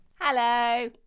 hello